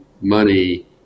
money